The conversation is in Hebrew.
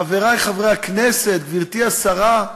חברי חברי הכנסת, גברתי השרה,